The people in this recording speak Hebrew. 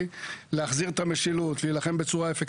מה אמרת, אולי אני טועה, תגיד בבקשה.